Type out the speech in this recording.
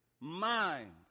minds